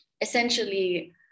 essentially